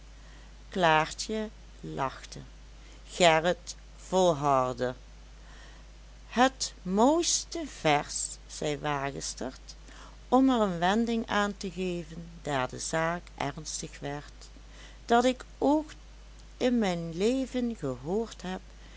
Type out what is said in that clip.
klaartje lachte gerrit volhardde het mooiste vers zei wagestert om er een wending aan te geven daar de zaak ernstig werd dat ik ooit in mijn leven gehoord heb